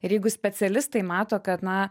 ir jeigu specialistai mato kad na